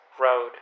road